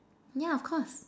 yeah of course